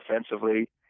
offensively